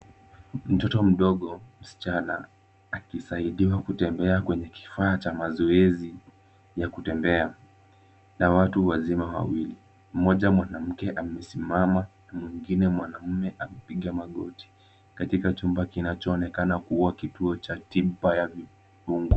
Mtoto mdogo msichana akisaidiwa kutembea kwenye kifaa cha mazoezi ya kutembea na watu wazima wawili. Mmoja mwanamke amesimama, mwingine mwanaume amepiga magoti katika chumba kinachoonekana kuwa kituo cha tiba ya viungo.